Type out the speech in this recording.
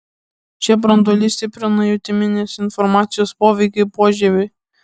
šie branduoliai stiprina jutiminės informacijos poveikį požieviui